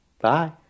Bye